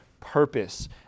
purpose